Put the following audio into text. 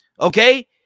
okay